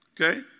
Okay